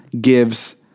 gives